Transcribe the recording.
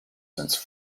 since